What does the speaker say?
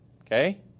okay